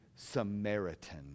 samaritan